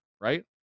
right